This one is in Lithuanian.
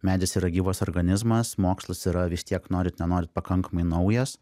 medis yra gyvas organizmas mokslas yra vis tiek norit nenorit pakankamai naujas